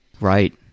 right